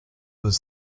was